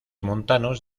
montanos